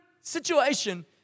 situation